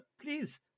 please